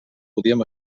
podíem